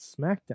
smackdown